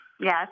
yes